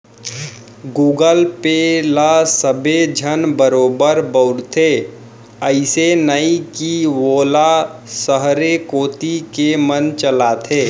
Google Pay ल सबे झन बरोबर बउरथे, अइसे नइये कि वोला सहरे कोती के मन चलाथें